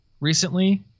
recently